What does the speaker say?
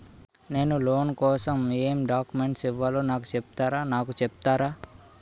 నేను లోన్ కోసం ఎం డాక్యుమెంట్స్ ఇవ్వాలో నాకు చెపుతారా నాకు చెపుతారా?